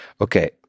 Okay